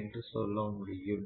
என்று சொல்ல முடியும்